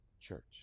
church